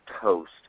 toast